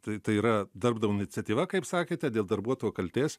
tai tai yra darbdavio iniciatyva kaip sakėte dėl darbuotojo kaltės